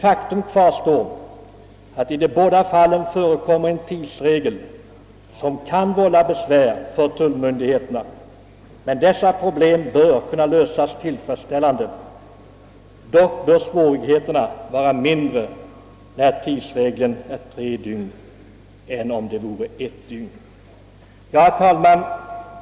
Faktum kvarstår nämligen, att det i båda fallen förekommer en tidsregel som kan vålla besvär för tullmyndigheterna, men dessa problem bör kunna lösas tillfredsställande och svårigheterna bör vara mindre när tidsregeln är tre dygn än om den är ett. Herr talman!